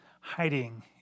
hiding